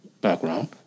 background